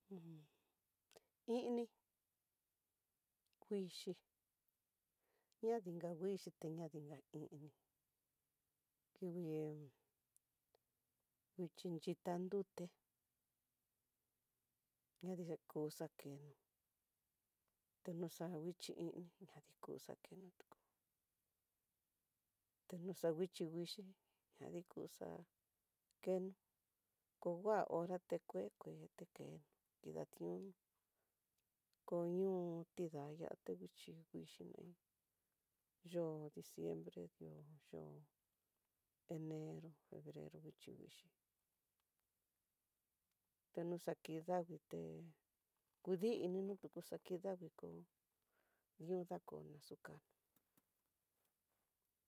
ini, kuixhi, ña dinka nguixhi ta ña dinka ini, kingui vixhi ditandute xani nakuxa kenó, tenonguixhi ini ta ni kuxakeno, tenoxa nguichi vixhi ñadikuxa kenó, kongua hora té kue kue kuetekeno kidationó, koño tidayate ixhí nguixhi yo'o diciembre, di'ó yo'o enero febrero nguixhi nguixi tenoéxaki davii diinino tenuxakidavii kó diuda ko naxukanó.